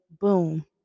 boom